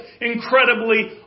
incredibly